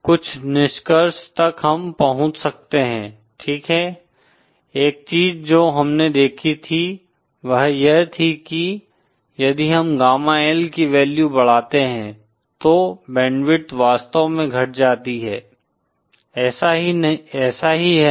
कुछ निष्कर्ष तक हम पहुँच सकते हैं ठीक है एक चीज जो हमने देखी थी वह यह थी कि यदि हम गामा L की वैल्यू बढ़ाते हैं तो बैंडविड्थ वास्तव में घट जाती है ऐसा ही है ना